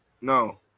No